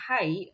height